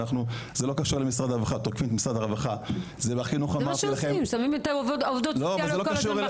זה לא קשר למשרד הרווחה --- שמים את העובדות כל הזמן בחזית,